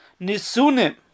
nisunim